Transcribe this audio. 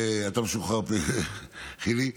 אתה משוחרר, חילי.